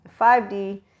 5D